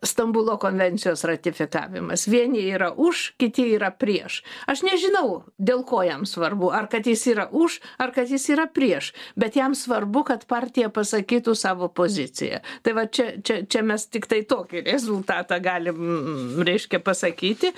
stambulo konvencijos ratifikavimas vieni yra už kiti yra prieš aš nežinau dėl ko jam svarbu ar kad jis yra už ar kad jis yra prieš bet jam svarbu kad partija pasakytų savo poziciją tai va čia čia čia mes tiktai tokį rezultatą galim reiškia pasakyti